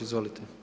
Izvolite.